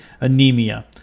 anemia